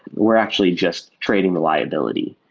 we're actually just trading the liability.